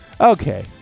Okay